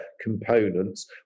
components